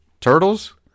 Turtles